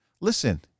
listen